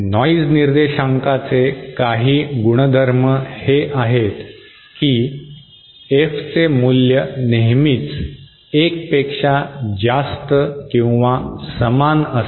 noise निर्देशांकाचे काही गुणधर्म हे आहेत की F चे मूल्य नेहमीच 1 पेक्षा जास्त किंवा समान असते